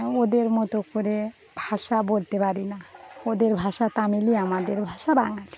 ওদের মতো করে ভাষা বলতে পারি না ওদের ভাষা তামিলই আমাদের ভাষা বাঙালি